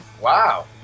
Wow